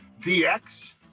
DX